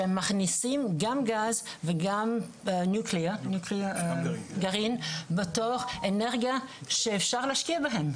שמכניסים גם גז וגם גרעין בתור אנרגיה שאפשר להשקיע בה.